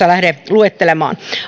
luettelemaan